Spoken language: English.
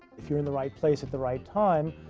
if you're in the right place at the right time,